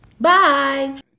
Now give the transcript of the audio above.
bye